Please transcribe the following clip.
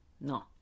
no